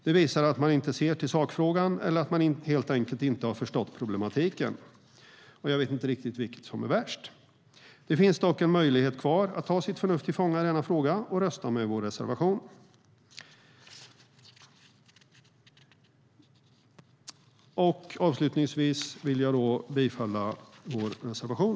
Det visar att man inte ser till sakfrågan eller att man helt enkelt inte har förstått problematiken, och jag vet inte riktigt vilket som är värst. Det finns dock en möjlighet kvar att ta sitt förnuft tillfånga i denna fråga och rösta med vår reservation. Avslutningsvis vill jag yrka bifall till vår reservation.